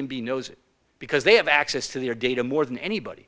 b knows it because they have access to their data more than anybody